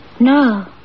No